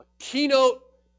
keynote